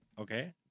Okay